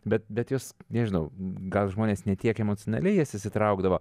bet bet jos nežinau gal žmonės ne tiek emocionaliai į jas įsitraukdavo